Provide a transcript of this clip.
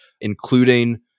including